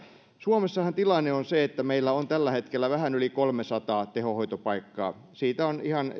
suomessahan tilanne on se että meillä on tällä hetkellä vähän yli kolmesataa tehohoitopaikkaa siitä on ihan